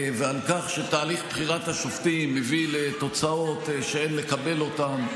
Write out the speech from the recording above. ועל כך שתהליך בחירת השופטים הביא לתוצאות שאין לקבל אותן,